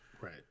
Right